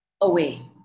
Away